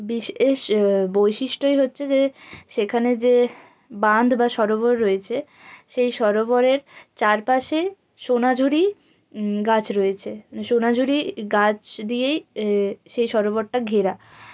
বিশেষ বৈশিষ্ট্যই হচ্ছে যে সেখানে যে বাঁধ বা সরোবর রয়েছে সেই সরোবরের চারপাশে সোনাঝুরি গাছ রয়েছে সোনাঝুরি গাছ দিয়ে সেই সরোবরটা ঘেরা